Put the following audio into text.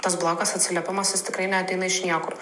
tas blogas atsiliepimas jis tikrai neateina iš niekur